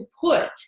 put